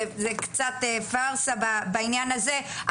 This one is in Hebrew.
זה קצת פארסה בעניין הזה,